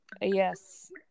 Yes